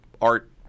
art